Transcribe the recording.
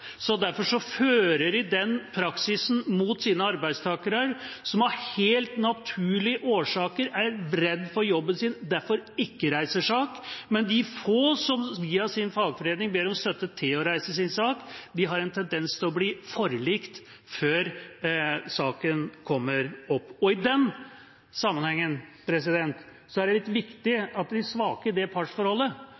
Derfor fører de den praksisen mot sine arbeidstakere, som av helt naturlige årsaker er redde for jobben sin og derfor ikke reiser sak, men de få som via sin fagforening ber om støtte til å reise sin sak, har en tendens til å bli forlikt før saken kommer opp. Og i den sammenheng er det litt viktig at de svake i det partsforholdet,